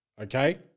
Okay